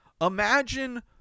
Imagine